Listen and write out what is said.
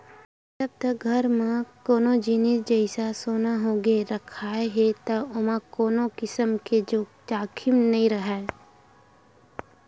जब तक घर म कोनो जिनिस जइसा सोना होगे रखाय हे त ओमा कोनो किसम के जाखिम नइ राहय